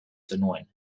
zenuen